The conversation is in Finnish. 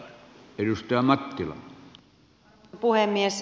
arvoisa puhemies